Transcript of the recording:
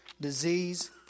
disease